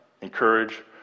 encourage